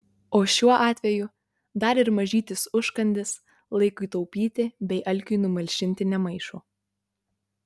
o šiuo atveju dar ir mažytis užkandis laikui taupyti bei alkiui numalšinti nemaišo